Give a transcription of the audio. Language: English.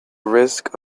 risk